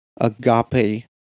agape